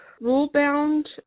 rule-bound